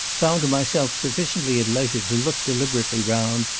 found myself sufficiently at leisure to look deliberately round,